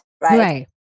Right